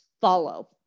follow